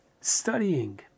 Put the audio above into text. studying